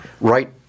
Right